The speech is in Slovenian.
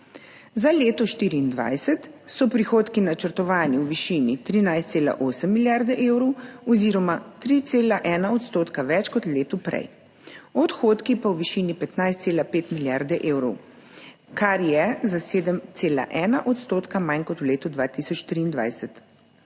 Za leto 2024 so prihodki načrtovani v višini 13,8 milijarde evrov oziroma 3,1 % več kot v letu prej, odhodki pa v višini 15,5 milijarde evrov, kar je za 7,1 % manj kot v letu 2023.